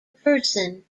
person